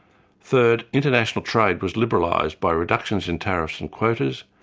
third, international trade was liberalised by reductions in tariffs and quotas,